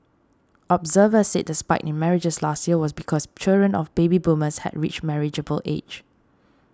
observers said the spike in marriages last year was because children of baby boomers had reached marriageable age